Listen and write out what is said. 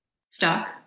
stuck